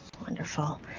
Wonderful